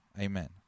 Amen